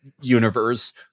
universe